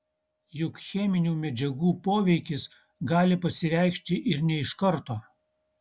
juk cheminių medžiagų poveikis gali pasireikšti ir ne iš karto